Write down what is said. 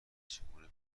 چگونه